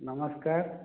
ନମସ୍କାର